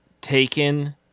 taken